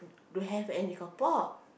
don't have any carpark